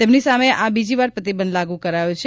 તેમની સામે આ બીજીવાર પ્રતિબંધ લાગુ કરાયો છે